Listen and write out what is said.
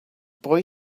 boy